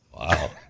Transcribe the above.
Wow